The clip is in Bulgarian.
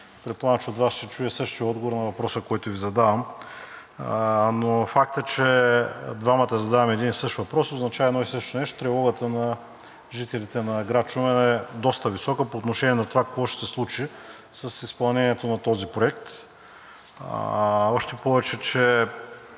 Предполагам, че от Вас ще чуя същия отговор на въпроса, който Ви задавам. Но фактът, че и двамата задаваме един и същи въпрос, означава едно и също нещо – тревогата на жителите на град Шумен е доста висока по отношение на това какво ще се случи с изпълнението на този проект, още повече че